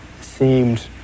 seemed